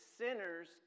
sinners